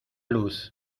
luz